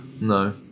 no